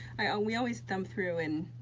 we always thumb through and.